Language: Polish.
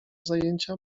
zajęcia